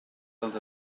dels